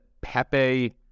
Pepe